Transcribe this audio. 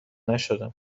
نشدم